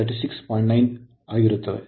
9° ಆಗುತ್ತದೆ